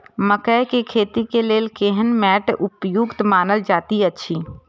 मकैय के खेती के लेल केहन मैट उपयुक्त मानल जाति अछि?